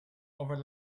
over